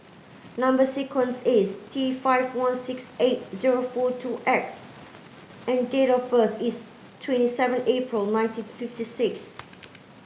number sequence is T five one six eight zero four two X and date of birth is twenty seven April nineteen fifty six